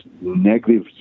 negative